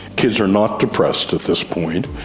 kids are not depressed at this point.